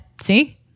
see